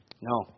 No